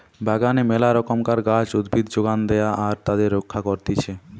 বাগানে মেলা রকমের গাছ, উদ্ভিদ যোগান দেয়া আর তাদের রক্ষা করতিছে